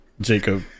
Jacob